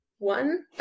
one